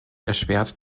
erschwert